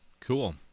Cool